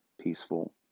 peaceful